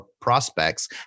prospects